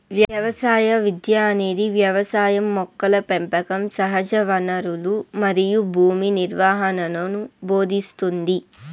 వ్యవసాయ విద్య అనేది వ్యవసాయం మొక్కల పెంపకం సహజవనరులు మరియు భూమి నిర్వహణను భోదింస్తుంది